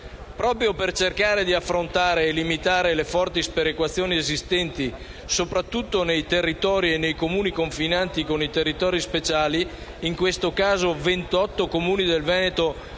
Proprio per cercare di affrontare e limitare le forti sperequazioni esistenti, soprattutto nei territori e nei Comuni confinanti con i territori speciali - in questo caso 28 Comuni del Veneto